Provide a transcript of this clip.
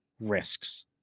risks